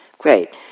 great